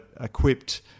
equipped